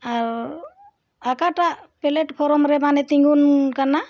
ᱟᱨ ᱚᱠᱟᱴᱟᱜ platform ᱨᱮ ᱢᱟᱱᱮ ᱛᱤᱸᱜᱩᱱ ᱠᱟᱱᱟ